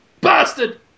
bastard